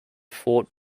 fort